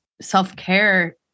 self-care